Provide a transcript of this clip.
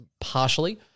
partially